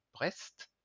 Brest